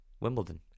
Wimbledon